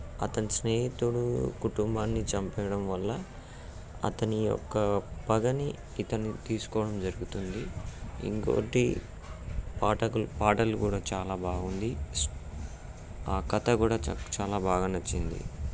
అతని స్నేహితుడు కుటుంబాన్ని చంపేయడం వల్ల అతని యొక్క పగని ఇతను తీసుకోవడం జరుగుతుంది ఇంకోటి పాటకులు పాటలు కూడా చాలా బాగుంది ఆ కథ కూడా చా చాలా బాగా నచ్చింది